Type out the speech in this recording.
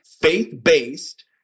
faith-based